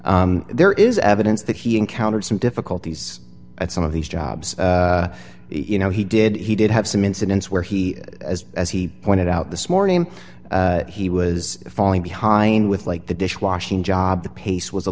there is evidence that he encountered some difficulties at some of these jobs you know he did he did have some incidents where he as he pointed out this morning he was falling behind with like the dishwashing job the pace was a